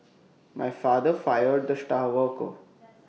my father fired the star worker